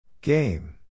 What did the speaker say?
Game